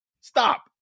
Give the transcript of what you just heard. Stop